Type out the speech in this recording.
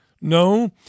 No